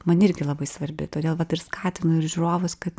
man irgi labai svarbi todėl vat ir skatinu ir žiūrovus kad